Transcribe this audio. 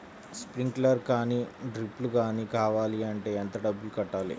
Sprinkler కానీ డ్రిప్లు కాని కావాలి అంటే ఎంత డబ్బులు కట్టాలి?